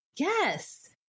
Yes